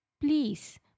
please